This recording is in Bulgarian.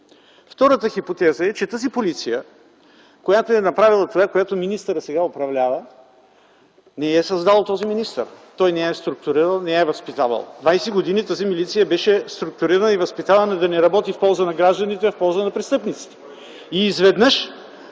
Втората хипотеза е, че тази Полиция, която е направила това, което министърът сега управлява, не я е създал този министър. Той не я е структурирал, не я е възпитавал. Двадесет години тази милиция беше структурирана и възпитавана да не работи в полза на гражданите, а в полза на престъпниците. И изведнъж,